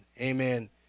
amen